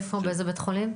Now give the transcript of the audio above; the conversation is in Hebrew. באיזה בית חולים?